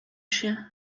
się